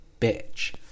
bitch